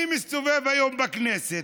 אני מסתובב היום בכנסת,